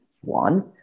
One